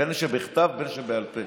בין שבכתב ובין שבעל פה.